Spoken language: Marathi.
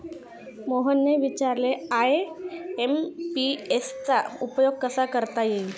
मोहनने विचारले आय.एम.पी.एस चा उपयोग कसा करता येईल?